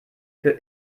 für